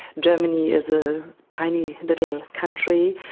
germany is a tiny little country,